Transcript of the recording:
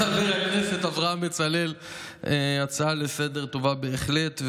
הכנסת אברהם בצלאל, הצעה לסדר-היום טובה בהחלט.